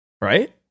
right